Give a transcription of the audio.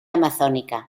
amazónica